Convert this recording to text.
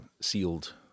sealed